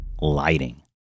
lighting